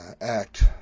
act